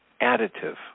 additive